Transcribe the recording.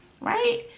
right